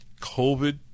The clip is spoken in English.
COVID